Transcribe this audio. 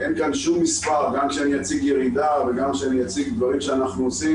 גם כשאני אציג ירידה וגם כשאציג דברים שאנחנו עושים,